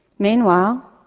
meanwhile,